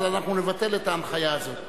אז אנחנו נבטל את ההנחיה הזאת.